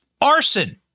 Arson